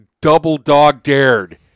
double-dog-dared